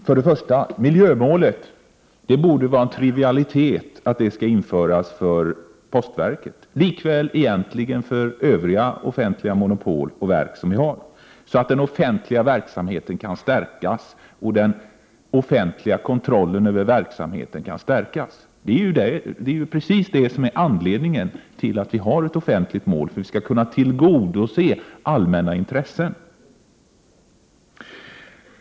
Herr talman! Ja, okej. Först och främst borde det vara en trivialitet att miljömålet skall införas för postverket liksom för övriga offentliga monopol och verk, så att den offentliga verksamheten och den offentliga kontrollen över denna kan stärkas. Anledningen till att vi har ett sådant här mål är ju att vi vill kunna tillgodose allmänna intressen.